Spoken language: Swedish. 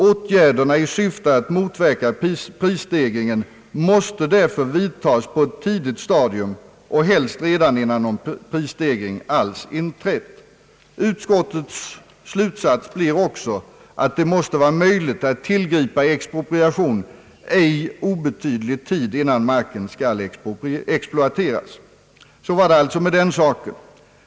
Åtgärderna i syfte att motverka prissteg ringen måste därför vidtas på ett tidigt stadium och helst innan någon prisstegring alls inträtt. Utskottets slutsats blev också att det måste vara möjligt att tillgripa expropriation ej obetydlig tid innan marken skall exploateras. Så var det alltså med den saken.